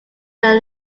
their